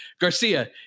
Garcia